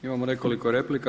Imao nekoliko replika.